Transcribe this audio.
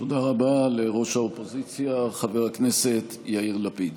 תודה רבה לראש האופוזיציה חבר הכנסת יאיר לפיד.